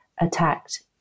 attacked